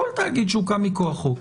כל תאגיד שהוקם מכוח חוק,